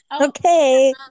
okay